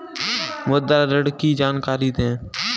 मुद्रा ऋण की जानकारी दें?